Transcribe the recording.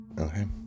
Okay